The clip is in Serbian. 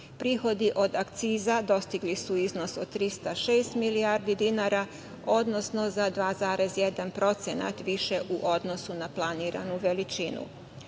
Prihodi od akciza dostigli su iznos od 306 milijardi dinara, odnosno za 2,1% više u odnosu na planiranu veličinu.